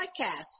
podcast